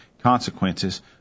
consequences